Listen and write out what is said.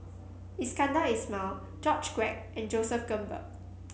Iskandar Ismail George Quek and Joseph Grimberg